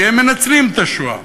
כי הם מנצלים את השואה.